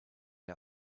der